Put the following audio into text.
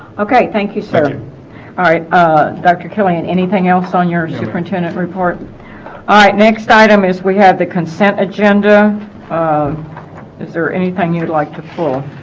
okay thank you sir all right dr. killian anything else on your superintendent report all ah right next item is we have the consent agenda um is there anything you'd like to pull